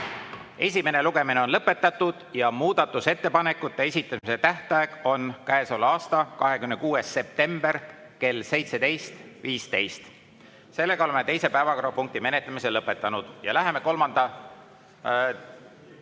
esimene lugemine on lõpetatud ja muudatusettepanekute esitamise tähtaeg on käesoleva aasta 26. september kell 17.15.Oleme teise päevakorrapunkti menetlemise lõpetanud. Ettepaneku